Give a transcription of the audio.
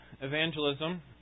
evangelism